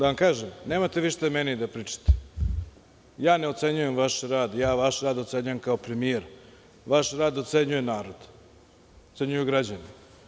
Da vam kažem, nemate šta vi mene da pričate, ja ne ocenjujem vaš rad, ja vaš rad ocenjujem kao premijer, vaš rad ocenjuje narod, ocenjuju građani.